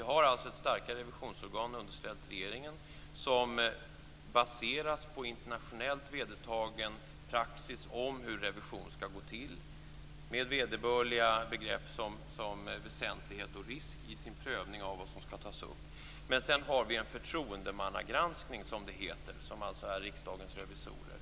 Vi har alltså ett starkare revisionsorgan underställt regeringen som baseras på internationellt vedertagen praxis om hur revision skall gå till med vederbörliga begrepp som väsentlighet och risk i sin prövning av vad som skall tas upp. Sedan har vi en förtroendemannagranskning, som det heter. Det är alltså Riksdagens revisorer.